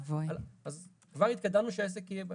אז כבר התקדמנו שהעסק יהיה בשגרה.